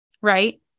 Right